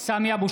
סמי אבו